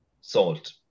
salt